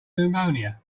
pneumonia